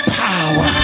power